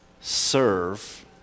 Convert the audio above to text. Serve